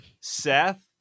Seth